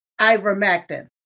ivermectin